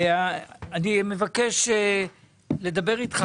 אני מבקש לדבר איתך,